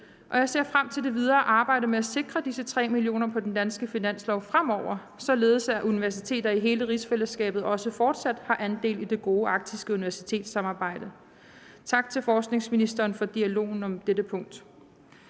jeg ser frem til det videre arbejde med at sikre disse 3 mio. kr. på den danske finanslov fremover, således at universiteter i hele rigsfællesskabet også fortsat har andel i det gode arktiske universitetssamarbejde. Tak til forskningsministeren for dialogen om dette punkt.